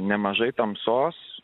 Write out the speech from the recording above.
nemažai tamsos